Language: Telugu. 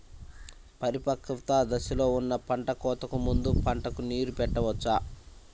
పరిపక్వత దశలో ఉన్న పంట కోతకు ముందు పంటకు నీరు పెట్టవచ్చా?